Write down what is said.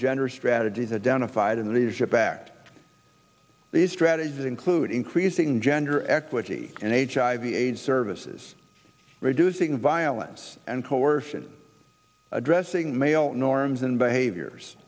gender strategies identified in the leadership pact these strategies include increasing gender equity and hiv aids services reducing violence and coercion addressing male norms and behaviors